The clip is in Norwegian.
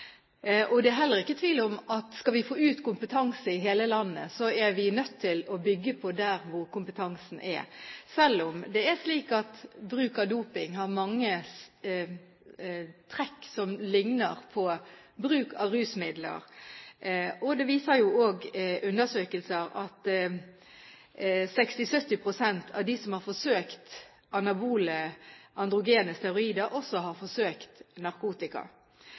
Det er heller ikke tvil om at skal vi få ut kompetanse i hele landet, er vi nødt til å bygge på der hvor kompetansen er, selv om det er slik at bruk av doping har mange trekk som ligner på bruk av rusmidler. Undersøkelser viser at 60–70 pst. av dem som har forsøkt anabole androgene steroider, også har forsøkt narkotika.